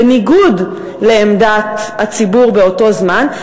בניגוד לעמדת הציבור באותו זמן,